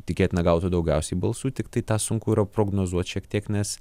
tikėtina gautų daugiausiai balsų tiktai tą sunku yra prognozuot šiek tiek nes